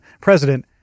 President